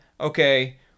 okay